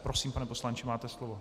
Prosím, pane poslanče, máte slovo.